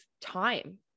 time